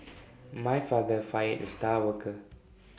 my father fired the star worker